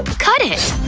cut it!